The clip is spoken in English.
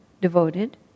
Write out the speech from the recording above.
devoted